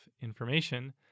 information